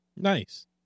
nice